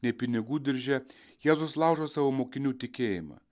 nei pinigų dirže jėzus laužo savo mokinių tikėjimą